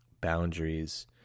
boundaries